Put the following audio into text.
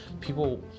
People